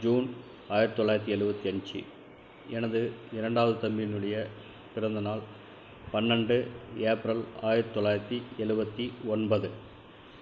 June ஆயிரத்து தொள்ளாயிரத்து எழுபத்தி அஞ்சு எனது இரண்டாவது தம்பியின் உடைய பிறந்த நாள் பன்னெண்டு ஏப்ரல் ஆயிரத்து தொள்ளாயிரத்து எழுபத்தி ஒன்பது